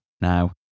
now